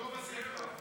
טוב עשית.